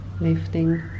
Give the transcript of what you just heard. lifting